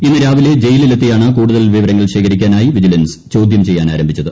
ഇന്ന് രാവിലെ ജയിലിലെത്തിയാണ് കൂടുതൽ വിവരങ്ങൾ ശേഖരിക്കാനായി വിജിലൻസ് ചോദ്യം ബ്ലിയ്യ്നാരംഭിച്ചത്